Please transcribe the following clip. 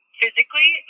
physically